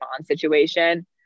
situation